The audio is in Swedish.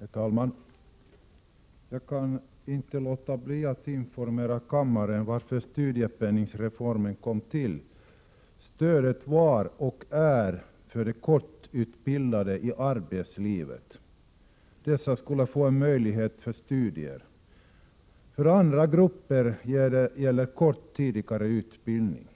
Herr talman! Jag kan inte låta bli att informera kammaren om varför studiepenningsreformen kom till. Stödet var och är till för att de kortutbildade i arbetslivet skall få möjlighet till studier. För andra grupper gäller kort tidigare utbildning.